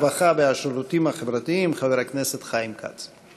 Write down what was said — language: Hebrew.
הרווחה והשירותים החברתיים חבר הכנסת חיים כץ.